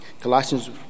Colossians